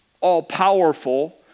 all-powerful